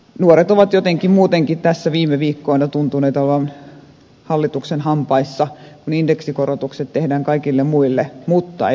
nuoret ovat jotenkin muutenkin tässä viime viikkoina tuntuneet olevan hallituksen hampaissa kun indeksikorotukset tehdään kaikille muille mutta ei opintotukiin